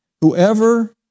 Whoever